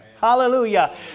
hallelujah